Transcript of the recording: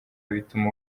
bituma